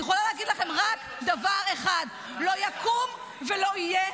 אני יכולה להגיד לכם רק דבר אחד: לא יקום ולא יהיה,